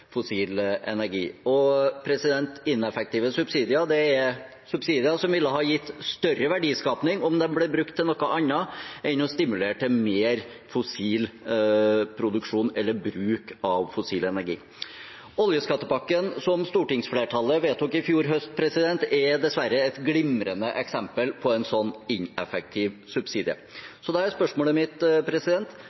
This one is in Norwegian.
noe annet enn å stimulere til mer fossil produksjon eller bruk av fossil energi. Oljeskattepakken som stortingsflertallet vedtok i fjor høst, er dessverre et glimrende eksempel på en sånn ineffektiv subsidie. Da er spørsmålet mitt: